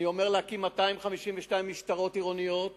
אני אומר שלהקים 252 משטרות עירוניות